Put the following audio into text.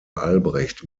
albrecht